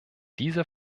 diese